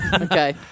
okay